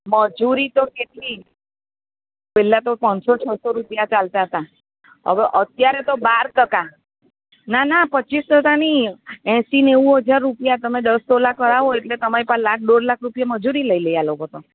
મજૂરી તો કેટલી પહેલાં તો પાંચસો છસો રૂપિયા ચાલતા હતાં હવે અત્યારે તો બાર ટકાના પચ્ચીસ ટકાની એંસી નેવું હજાર રૂપિયા તમે દસ તોલા કરાવો એટલે તમારી પર લાખ દોઢ લાખ રૂપિયા મજૂરી લઈ લે આ લોકો તો